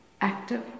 active